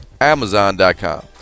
Amazon.com